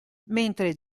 mentre